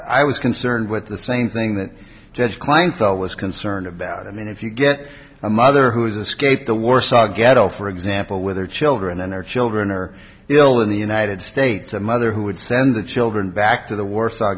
i was concerned with the same thing that judge kleinfeld was concerned about i mean if you get a mother who's escaped the warsaw ghetto for example with her children and her children are still in the united states a mother who would send the children back to the warsaw